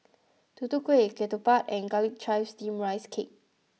Tutu Kueh Ketupat and Garlic Chives Steamed Rice Cake